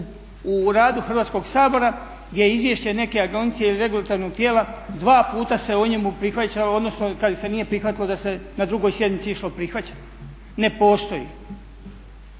u radu Hrvatskog sabora gdje je izvješće neke agencije ili regulatornog tijela dva puta se o njemu prihvaćalo, odnosno kad se nije prihvatilo da se na drugoj sjednici išlo prihvaćati. Ne postoji.